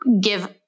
give